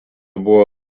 buvo